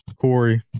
corey